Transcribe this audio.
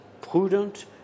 prudent